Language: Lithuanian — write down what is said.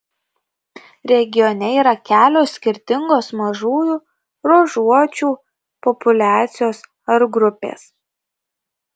regione yra kelios skirtingos mažųjų ruožuočių populiacijos ar grupės